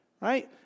right